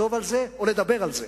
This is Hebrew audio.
לכתוב על זה או לדבר על זה?